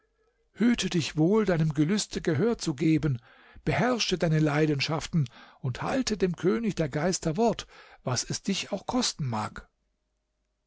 hüte dich wohl deinem gelüste gehör zu geben beherrsche deine leidenschaften und halte dem könig der geister wort was es dich auch kosten mag